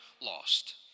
lost